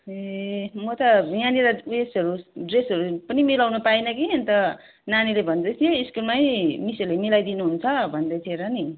ए म त यहाँनिर उएसहरू ड्रेसहरू पनि मिलाउनु पाइनँ कि अन्त नानीले भन्दै थियो स्कुलमै मिसहरूले मिलाइदिनु हुन्छ भन्दै थियो र नि